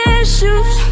issues